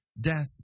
Death